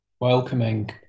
welcoming